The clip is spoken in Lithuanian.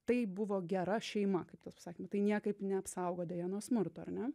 tai buvo gera šeima kaip tas pasakymas tai niekaip neapsaugo deja nuo smurto ar ne